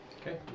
Okay